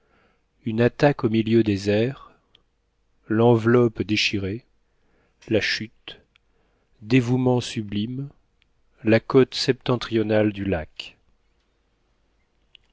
une attaque au milieu des airs l'enveloppe déchirée la chute dévouement sublime la côte septentrionale du lac